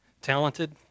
talented